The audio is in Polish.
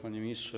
Panie Ministrze!